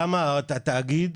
למה התאגיד,